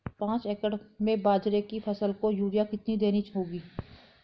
पांच एकड़ में बाजरे की फसल को यूरिया कितनी देनी होगी?